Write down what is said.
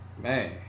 Man